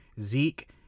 Zeke